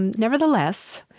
and nevertheless,